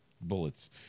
bullets